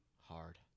Hard